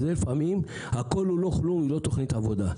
שלפעמים "הכול או לא כלום" זה לא תוכנית עבודה.